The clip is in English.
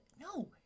no